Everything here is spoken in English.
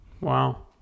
Wow